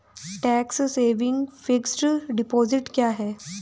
Tax saving fixed deposit क्या है?